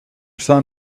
son